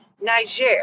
Niger